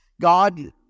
God